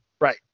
Right